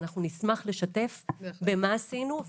אנחנו נשמח לשתף במה שעשינו,